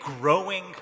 growing